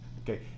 Okay